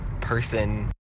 person